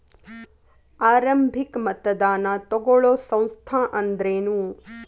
ಆರಂಭಿಕ್ ಮತದಾನಾ ತಗೋಳೋ ಸಂಸ್ಥಾ ಅಂದ್ರೇನು?